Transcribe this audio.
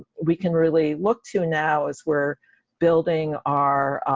we can really look to now as we're building our,